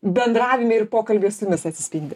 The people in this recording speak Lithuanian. bendravime ir pokalbyje su jumis atsispindi